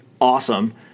awesome